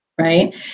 Right